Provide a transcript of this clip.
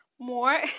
more